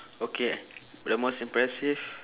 okay the most impressive